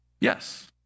Yes